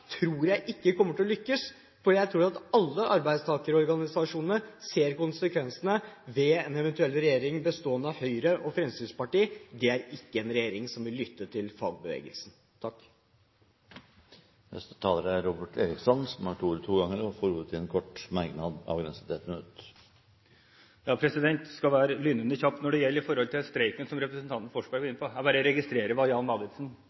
tror jeg ikke de kommer til å lykkes med. Jeg tror at alle arbeidstakerorganisasjonene ser konsekvensene av en eventuell regjering bestående av Høyre og Fremskrittspartiet. Det er ikke en regjering som vil lytte til fagbevegelsen. Representanten Robert Eriksson har hatt ordet to ganger tidligere og får ordet til en kort merknad, begrenset til 1 minutt. Jeg skal være lynende kjapp. Når det gjelder streiken, som representanten Forsberg var inne på: Jeg bare registrerer hva Jan Davidsen